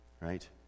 Right